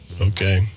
Okay